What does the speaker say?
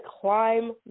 climb